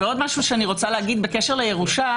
ועוד משהו שאני רוצה להגיד בקשר לירושה,